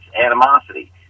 animosity